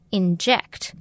inject